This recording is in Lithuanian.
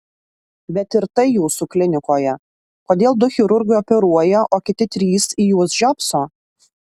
bet ir tai jūsų klinikoje kodėl du chirurgai operuoja o kiti trys į juos žiopso